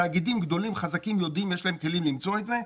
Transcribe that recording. תאגידים גדולים וחזקים, יש להם כלים למצוא את זה.